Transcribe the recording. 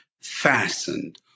fastened